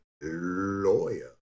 lawyer